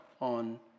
on